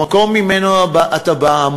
המקום שממנו אתה בא,